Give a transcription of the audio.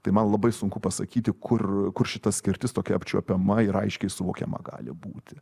tai man labai sunku pasakyti kur kur šita skirtis tokia apčiuopiama ir aiškiai suvokiama gali būti